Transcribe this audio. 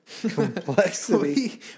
Complexity